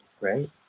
right